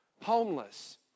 homeless